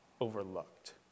overlooked